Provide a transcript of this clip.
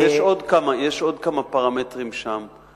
יש עוד כמה פרמטרים שם,